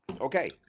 Okay